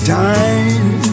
time